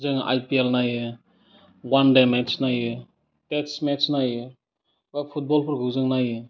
जोङो आइपिएल नायो one day matches नायो टेस्ट मेट्स नायो अह फुटबलफोरखौ जों नायो